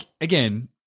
again